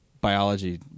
biology